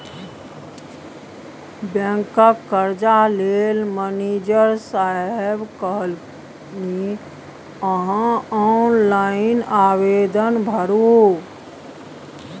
बैंकक कर्जा लेल मनिजर साहेब कहलनि अहॅँ ऑनलाइन आवेदन भरू